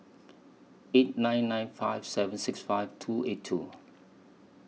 eight nine nine five seven six five two eight two